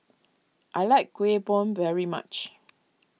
I like Kuih Bom very much